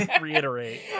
reiterate